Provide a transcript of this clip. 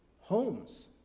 homes